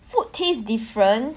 food taste different